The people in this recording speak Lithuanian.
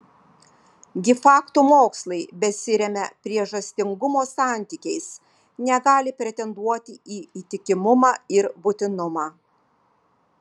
gi faktų mokslai besiremią priežastingumo santykiais negali pretenduoti į įtikimumą ir būtinumą